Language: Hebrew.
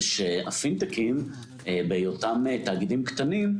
שהפינטקים בהיותם תאגידים קטנים,